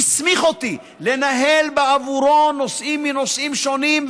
הוא הסמיך אותי לנהל בעבורו נושאים מנושאים שונים,